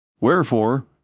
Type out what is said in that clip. Wherefore